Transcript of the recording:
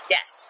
Yes